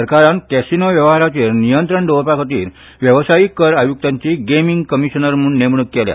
सरकारान कॅसिनो वेवहारांचेर नियंत्रण दवरपा खातीर वेवसायिक कर आयुक्तांची गेमिंग कमिशनर म्हण नेमणुक केल्या